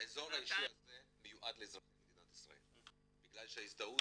האזור האישי הזה מיועד לאזרחי מדינת ישראל בגלל שההזדהות